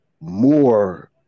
more